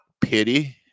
pity